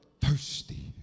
thirsty